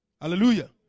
Hallelujah